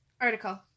Article